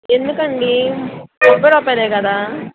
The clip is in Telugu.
ఎందుకండి ముప్పై రూపాయలే కదా